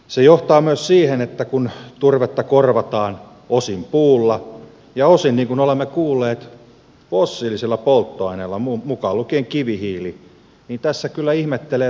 se johtaa myös siihen että turvetta korvataan osin puulla ja osin niin kuin olemme kuulleet fossiilisilla polttoaineilla mukaan lukien kivihiili ja tässä kyllä ihmettelee sitä mikä ympäristöteko tämmöinen on